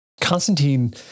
Constantine